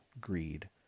greed